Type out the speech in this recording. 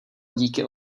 díky